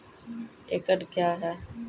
एकड कया हैं?